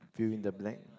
fill in the blank